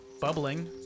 bubbling